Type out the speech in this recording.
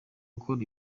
ukora